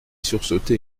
sursauter